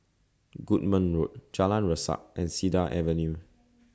Goodman Road Jalan Resak and Cedar Avenue